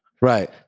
Right